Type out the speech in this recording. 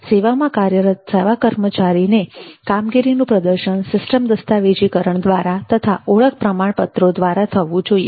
સેવામાં કાર્યરત સેવા કર્મચારીને કામગીરીનું પ્રદર્શન સિસ્ટમ દસ્તાવેજીકરણ દ્વારા તથા ઓળખ પ્રમાણ પત્રો દ્વારા થવું જોઈએ